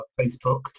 Facebook